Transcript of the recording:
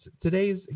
today's